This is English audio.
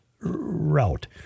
route